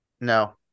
No